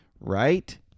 right